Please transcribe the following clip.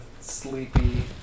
sleepy